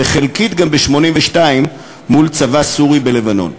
וחלקית גם ב-1982, מול צבא סורי בלבנון.